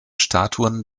statuen